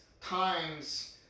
times